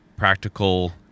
practical